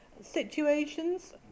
situations